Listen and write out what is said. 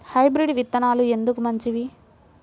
Hybrid విత్తనాలు ఎందుకు మంచిది?